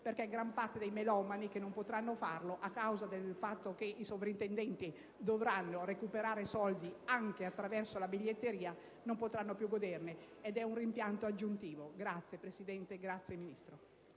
gran parte dei melomani non potranno farlo, a causa del fatto che i sovrintendenti dovranno recuperare soldi anche attraverso la biglietteria. Non potranno più goderne, ed è un rimpianto aggiuntivo. *(Applausi dai Gruppi